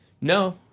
No